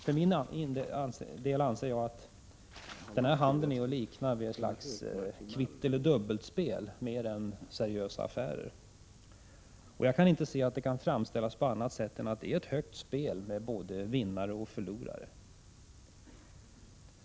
För min del anser jag att denna handel är att likna vid ett slags kvitt-ellerdubbelt-spel mer än vid seriösa affärer. Jag kan inte se att detta kan framställas på annat sätt än att detta är ett högt spel med både vinnare och förlorare.